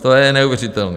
To je neuvěřitelné!